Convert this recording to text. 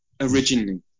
originally